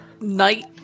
Night